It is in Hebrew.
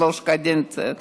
שלוש קדנציות.